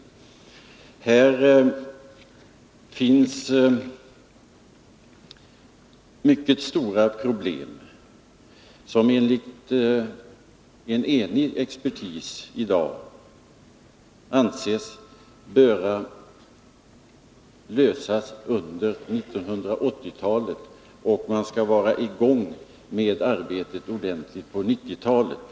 Inom det här området finns mycket stora problem, som en enig expertis i dag anser bör lösas under 1980-talet. Arbetet skall vara ordentligt i gång på 1990-talet.